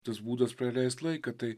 tas būdas praleist laiką tai